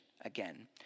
again